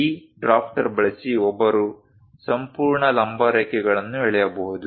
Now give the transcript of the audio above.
ಈ ಡ್ರಾಫ್ಟರ್ ಬಳಸಿ ಒಬ್ಬರು ಸಂಪೂರ್ಣ ಲಂಬ ರೇಖೆಗಳನ್ನು ಎಳೆಯಬಹುದು